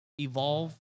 evolve